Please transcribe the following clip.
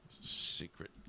secret